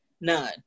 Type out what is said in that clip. none